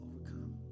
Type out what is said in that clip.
overcome